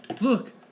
look